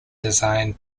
design